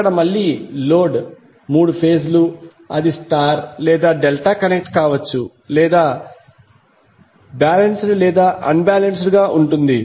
ఇక్కడ మళ్ళీ లోడ్ మూడు ఫేజ్ లు అది స్టార్ లేదా డెల్టా కనెక్ట్ కావచ్చు లేదా అది సమతుల్యత లేదా అసమతుల్యంగా ఉంటుంది